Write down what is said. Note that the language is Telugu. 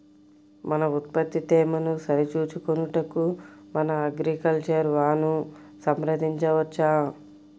మన ఉత్పత్తి తేమను సరిచూచుకొనుటకు మన అగ్రికల్చర్ వా ను సంప్రదించవచ్చా?